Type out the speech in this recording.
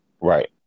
Right